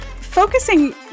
Focusing